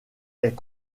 est